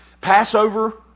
Passover